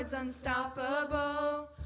unstoppable